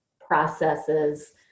processes